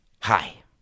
Hi